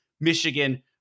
Michigan